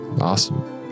Awesome